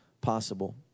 possible